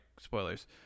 spoilers